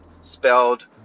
spelled